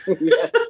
yes